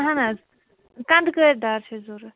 اہن حظ کَنٛدکٔرۍ دار چھِ ضوٚرَتھ